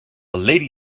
lady